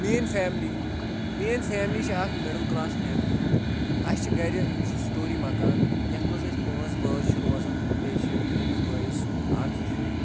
میٛٲنۍ فیملی میٛٲنۍ فیملی چھِ اَکھ مِڈٕل کلاس فیملی اَسہِ چھِ گرِ زٕ سٕٹوری مکان یَتھ منٛز أسۍ پانٛژھ بٲژ چھِ روزان بییٚہِ چھِ میٛٲنِس بٲیِس اکھ زٕ شُرۍ